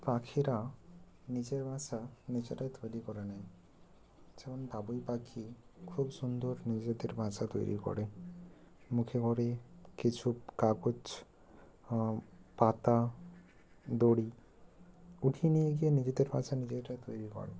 পাখিরা নিজের বাসা নিজেরা তৈরি করে নেয় যেমন বাবুই পাখি খুব সুন্দর নিজেদের বাসা তৈরি করে মুখে করে কিছু কাগজ পাতা দড়ি উঠিয়ে নিয়ে গিয়ে নিজেদের বাসা নিজেরা তৈরি করে